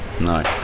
no